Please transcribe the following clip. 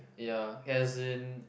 ya has in